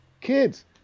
Kid's